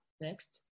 Next